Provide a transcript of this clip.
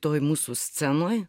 toj mūsų scenoj